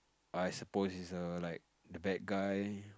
I supposed is a like the bad guy